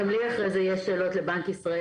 גם לי אחרי זה יש שאלות לבנק ישראל,